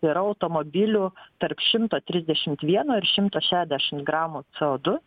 yra automobilių tarp šimto trisdešimt vieno ir šimto šešiasdešimt gramų c o du